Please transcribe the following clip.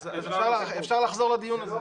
אפשר לחזור לדיון הזה.